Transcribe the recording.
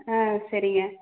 ஆ சரிங்க